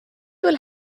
will